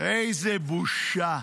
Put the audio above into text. איזה בושה.